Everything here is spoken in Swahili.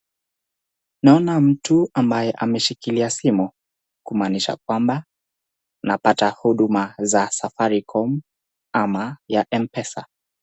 Naona mtu ambaye ameshikilia simu kumanisha kwamba anapata huduma ya safaricom ama mpesa.